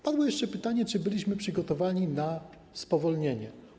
Padło jeszcze pytanie, czy byliśmy przygotowani na spowolnienie.